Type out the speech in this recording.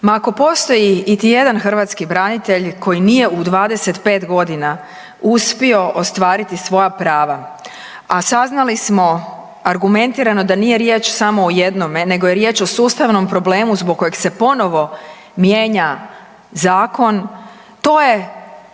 Ma ako postoji iti jedan hrvatski branitelj koji nije u 25 godina uspio ostvariti svoja prava, a saznali smo argumentirano da nije riječ samo o jednome, nego je riječ o sustavnom problemu zbog kojeg se ponovno mijenja zakon to je